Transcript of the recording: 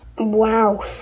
Wow